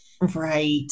Right